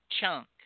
chunk